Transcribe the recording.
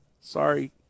sorry